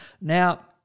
Now